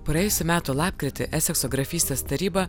praėjusių metų lapkritį esekso grafystės taryba